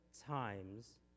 times